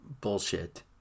bullshit